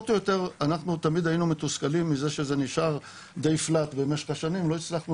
ותמיד היינו מתוסכלים מזה שזה נשאר די flat במשך השנים ולא הצלחנו